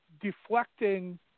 deflecting